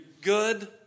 good